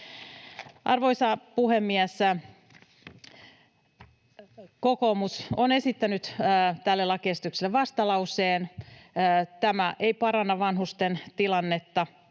Arvoisa puhemies! Kokoomus on esittänyt tälle lakiesitykselle vastalauseen. Tämä ei paranna vanhusten tilannetta